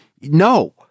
no